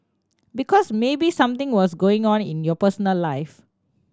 because maybe something was going on in your personal life